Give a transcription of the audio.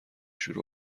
شوره